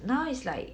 now is like